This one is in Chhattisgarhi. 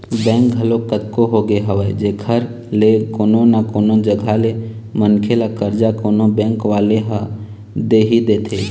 बेंक घलोक कतको होगे हवय जेखर ले कोनो न कोनो जघा ले मनखे ल करजा कोनो बेंक वाले ह दे ही देथे